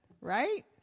Right